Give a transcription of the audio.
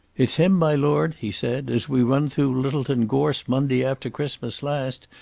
it's him, my lord, he said, as we run through littleton gorse monday after christmas last,